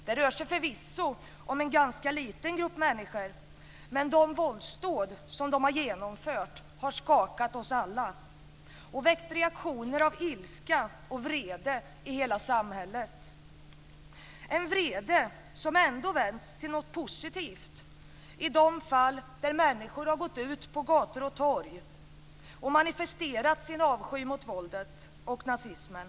Det rör sig förvisso om en ganska liten grupp människor, men de våldsdåd som de har genomfört har skakat oss alla och väckt reaktioner av ilska och vrede i hela samhället. Det är en vrede som ändå vänts till något positivt i de fall där människor har gått ut på gator och torg och manifesterat sin avsky mot våldet och nazismen.